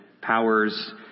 Powers